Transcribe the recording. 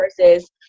versus